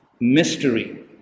mystery